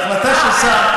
החלטה של שר,